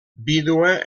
vídua